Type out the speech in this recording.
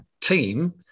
team